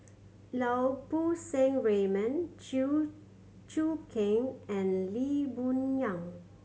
Lau Poo Seng Raymond Chew Choo Keng and Lee Boon Yang